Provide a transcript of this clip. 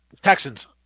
Texans